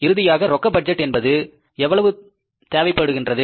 இறுதியாக ரொக்க பட்ஜெட் என்பது எவ்வளவு தேவைப்படுகின்றது